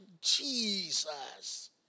Jesus